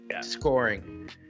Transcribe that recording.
scoring